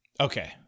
Okay